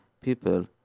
people